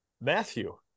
Matthew